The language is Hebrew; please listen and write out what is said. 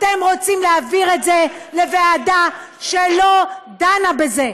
אתם רוצים להעביר את זה לוועדה שלא דנה בזה.